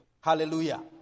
Hallelujah